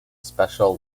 special